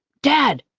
dad!